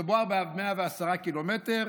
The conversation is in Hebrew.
מדובר ב-110 ק"מ,